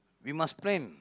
we must plan